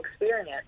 experience